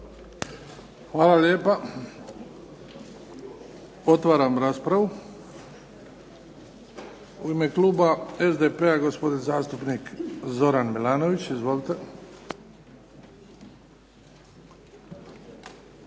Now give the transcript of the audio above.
Hvala lijepa. Otvaram raspravu. U ime kluba SDP-a gospodin zastupnik Zoran Milanović, izvolite.